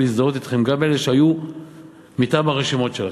תוצאות מעולות.